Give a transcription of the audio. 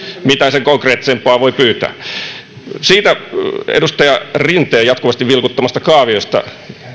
mitä sen konkreettisempaa voi pyytää edustaja rinteen jatkuvasti vilkuttamasta kaaviosta